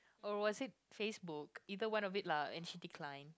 or was it Facebook either one of it lah and she decline